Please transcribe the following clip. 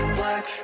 work